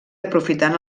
aprofitant